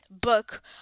book